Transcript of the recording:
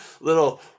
little